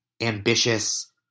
ambitious